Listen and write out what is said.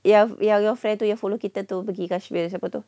yang your friend tu yang follow kita tu pergi kashmir siapa tu